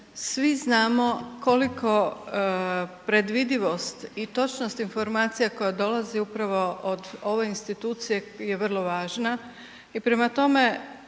svi znamo koliko predvidivost i točnost informacija koje dolaze upravo od ove institucije je vrlo važna. I prema tome,